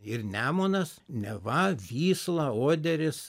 ir nemunas neva vysla oderis